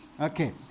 Okay